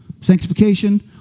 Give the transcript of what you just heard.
Sanctification